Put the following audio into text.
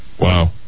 Wow